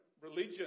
religion